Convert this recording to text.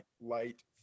light